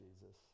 jesus